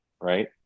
right